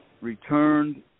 returned